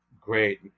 great